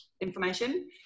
information